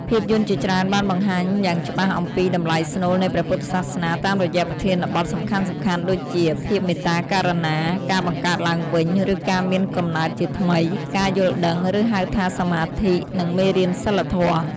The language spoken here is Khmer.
ភាពយន្តជាច្រើនបានបង្ហាញយ៉ាងច្បាស់អំពីតម្លៃស្នូលនៃព្រះពុទ្ធសាសនា តាមរយៈប្រធានបទសំខាន់ៗដូចជា ភាពមេត្តាករុណា ការបង្កើតឡើងវិញ ឬការមានកំណើតជាថ្មី ការយល់ដឹង ឬហៅថាសម្មាធិ និង មេរៀនសីលធម៌។